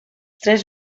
tres